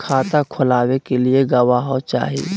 खाता खोलाबे के लिए गवाहों चाही?